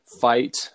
fight